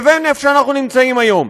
לבין המקום שאנחנו נמצאים בו היום,